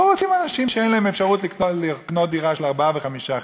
לא רוצים אנשים שאין להם אפשרות לקנות דירות של ארבעה וחמישה חדרים.